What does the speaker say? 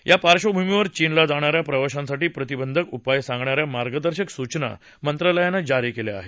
या पार्श्भूमीवर चीनला जाणाऱ्या प्रवाशांसाठी प्रतिबंधक उपाय सांगणाऱ्या मार्गदर्शक सूचना मंत्रालयानं जारी केल्या आहेत